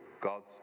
God's